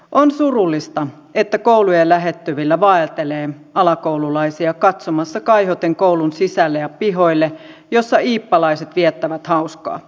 on surullista että koulujen lähettyvillä vaeltelee alakoululaisia katsomassa kaihoten koulun sisälle ja pihoille missä iippalaiset viettävät hauskaa